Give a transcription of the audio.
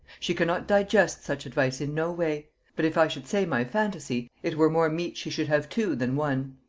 she cannot digest such advice in no way but if i should say my phantasy, it were more meet she should have two than one.